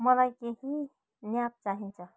मलाई केही न्याप चाहिन्छ